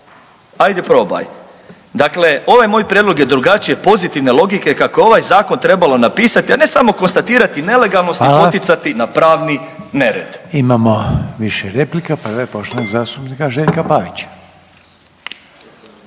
ajde probaj. Dakle, ovaj moj prijedlog je drugačije pozitivne logike kako je ovaj zakon trebalo napisati, a ne samo konstatirati nelegalnost i …/Upadica: Hvala./… poticati na pravni nered. **Reiner, Željko (HDZ)** Imamo više replika, prava je poštovanog zastupnika Željka Pavića.